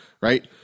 Right